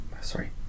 Sorry